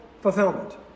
fulfillment